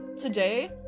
Today